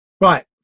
right